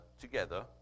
together